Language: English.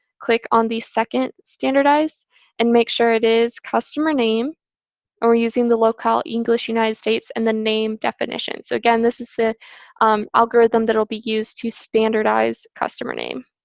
click on the second standardize and make sure it is customer name or we're using the locale english united states and the name definition. so again, this is the um algorithm that will be used to standardize customer name.